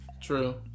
True